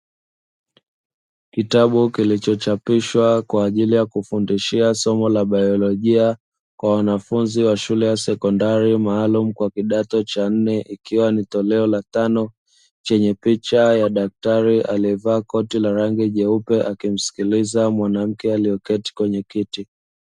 Kitabu kilichochapishwa kwa ajili ya kufundishia somo la bailojia kwa wanafunzi wa shule ya sekondari maalumu kwa kidato cha nne, ikiwa ni toleo la tano chenye picha ya daktari, aliyevaa koti la rangi jeupe akimsikikiza mwanamke aliyekaa kwenye kiti.